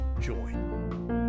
join